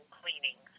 cleaning